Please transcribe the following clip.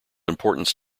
importance